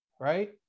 right